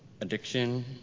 addiction